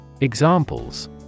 Examples